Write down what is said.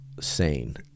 sane